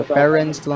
parents